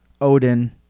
Odin